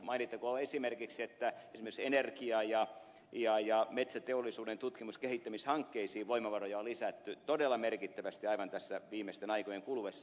mainittakoon esimerkiksi että energia ja metsäteollisuuden tutkimus ja kehittämishankkeisiin voimavaroja on lisätty todella merkittävästi aivan tässä viimeisten aikojen kuluessa